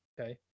Okay